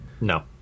No